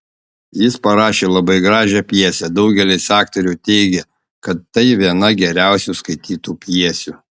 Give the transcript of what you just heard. jis parašė labai gražią pjesę daugelis aktorių teigia kad tai viena geriausių skaitytų pjesių